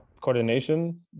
coordination